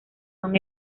son